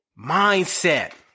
mindset